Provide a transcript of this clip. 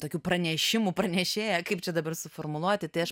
tokių pranešimų pranešėja kaip čia dabar suformuluoti tai aš